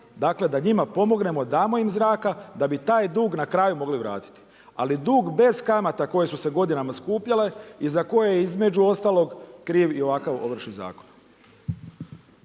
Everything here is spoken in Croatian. dakle da njima pomognemo, damo im zraka da bi taj dug na kraju mogli vratiti. Ali dug bez kamata koje su se godinama skupljale i za koje je između ostalog kriv i ovakav Ovršni zakon.